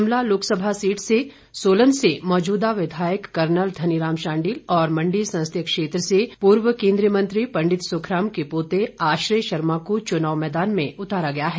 Shimla Lok Sabha seat से सोलन से मौजूदा विधायक कर्नल धनी राम शांडिल और मंडी संसदीय क्षेत्र से पूर्व केन्द्रीय मंत्री पंडित सुखराम के पोते आश्रय शर्मा को प्रत्याशी चुनाव मैदान में उतारा है